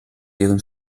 deren